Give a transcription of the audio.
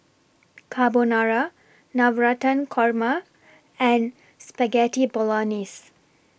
Carbonara Navratan Korma and Spaghetti Bolognese